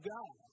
God